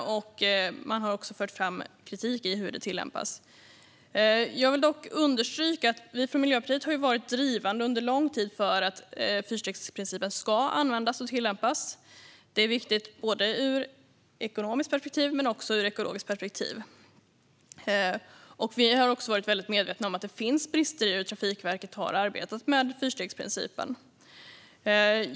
Man har också fört fram kritik mot hur det tillämpas. Jag vill dock understryka att vi från Miljöpartiet har varit drivande under lång tid för att fyrstegsprincipen ska tillämpas. Det är viktigt ur ekonomiskt perspektiv men också ur ekologiskt perspektiv. Vi är också medvetna om att det finns brister i Trafikverkets arbete med fyrstegsprincipen.